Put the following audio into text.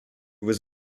was